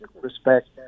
respect